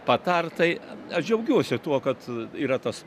patart tai aš džiaugiuosi tuo kad yra tas